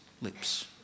lips